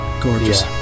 gorgeous